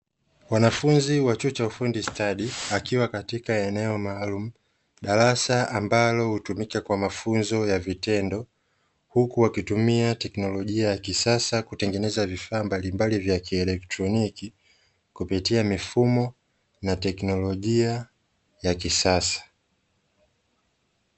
Mwanafunzi wa chuo cha ufundi stadi akiwa katika eneo maalumu, darasa ambalo hutumika kwa mafunzo ya vitendo, huku akitumia teknolijia ya kisasa kutengeneza vifaa vya kieletroniki kupitia mifumo na teknolijia ya kisasa.